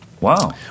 wow